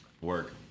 work